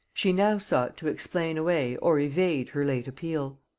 she now sought to explain away or evade her late appeal.